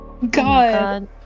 God